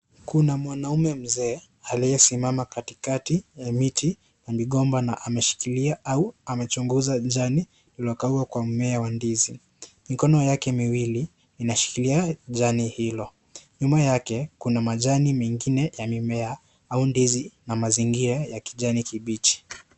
Kuna mwanaume mzee, aliyesimama katikati ya miti na migomba na ameshikilia au amechungusha jani lililokauka kwa mmea wa ndizi. Mikono yake miwili, inashikilia jani hilo. Nyuma yake, kuna majani mengine ya mimea au ndizi na mazingira ya kijani kibichi.